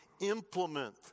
implement